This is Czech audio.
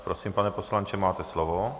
Prosím, pane poslanče, máte slovo.